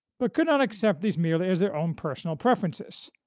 but could not accept these merely as their own personal preferences.